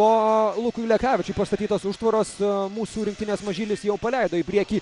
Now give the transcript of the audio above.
po lukui lekavičiui pastatytos užtvaros mūsų rinktinės mažylis jau paleido į priekį